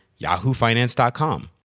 yahoofinance.com